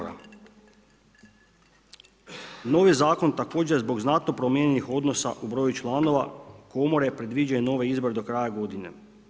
Novi zakon također zbog znatno promijenjenih odnosa u broju članova komore predviđa i nove izbore do kraja godine.